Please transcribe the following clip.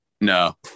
No